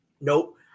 Nope